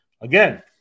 again